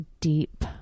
deep